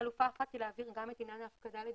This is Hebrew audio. חלופה אחת היא להעביר גם את עניין ההפקדה לדיגיטל.